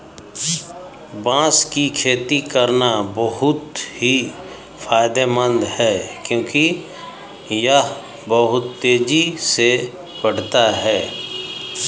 बांस की खेती करना बहुत ही फायदेमंद है क्योंकि यह बहुत तेजी से बढ़ता है